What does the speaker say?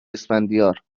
اسفندیار